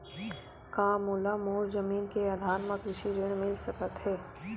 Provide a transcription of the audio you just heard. का मोला मोर जमीन के आधार म कृषि ऋण मिल सकत हे?